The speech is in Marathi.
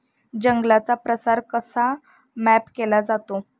जंगलांचा प्रसार कसा मॅप केला जातो?